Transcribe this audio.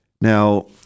Now